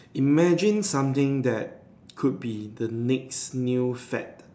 imagine something that could be the mix new sad